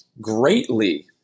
greatly